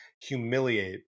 humiliate